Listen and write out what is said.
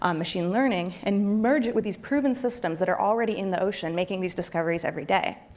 um machine learning, and merge it with these proven systems that are already in the ocean making these discoveries every day.